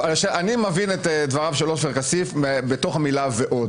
אני מבין את דבריו של עופר כסיף בתוך המילה "ועוד".